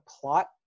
plot